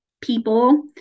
people